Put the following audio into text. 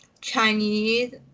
Chinese